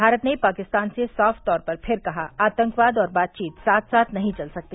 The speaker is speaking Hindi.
भारत ने पाकिस्तान से साफ तौर पर फिर कहा आतंकवाद और बातचीत साथ साथ नहीं चल सकते